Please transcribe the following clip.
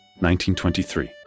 1923